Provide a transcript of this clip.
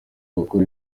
gukora